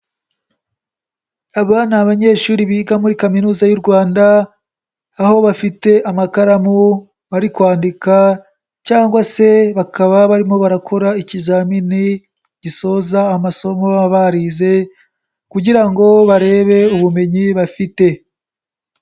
Aba ni abanyeshuri biga muri kaminuza y'u Rwanda, aho bafite amakaramu, bari kwandika cyangwa se bakaba barimo barakora ikizamini, gisoza amasomo baba barize kugira ngo barebe ubumenyi bafite.